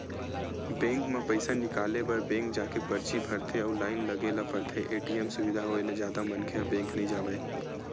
bank म पइसा निकाले बर बेंक जाके परची भरथे अउ लाइन लगे ल परथे, ए.टी.एम सुबिधा होय ले जादा मनखे ह बेंक नइ जावय